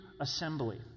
assembly